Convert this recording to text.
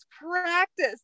practice